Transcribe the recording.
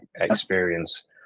experience